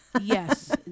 yes